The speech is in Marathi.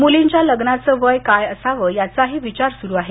मुलींच्या लग्नाचं वय काय असावं याचाही विचार सुरु आहे